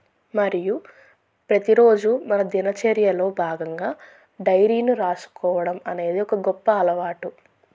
మరియు ప్రతిరోజు మన దినచర్యలో భాగంగా డైరీను రాసుకోవడం అనేది ఒక గొప్ప అలవాటు